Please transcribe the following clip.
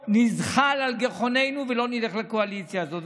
נזחל על גחוננו ולא נלך לקואליציה הזאת.